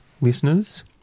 listeners